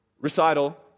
recital